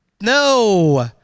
no